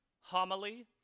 homily